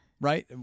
Right